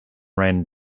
ran